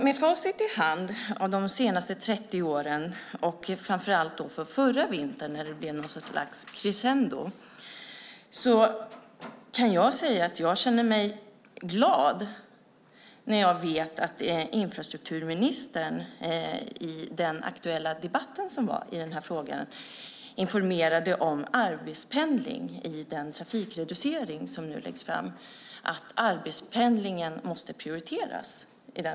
Med facit i hand för de senaste 30 åren, och framför allt förra vintern när det blev något slags crescendo, kan jag säga att jag känner mig glad när jag vet att infrastrukturministern i den aktuella debatten i denna fråga informerade om arbetspendling i samband med den trafikreducering som man talar om. Hon sade att arbetspendlingen måste prioriteras.